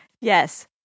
Yes